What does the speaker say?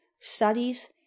Studies